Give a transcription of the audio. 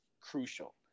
crucial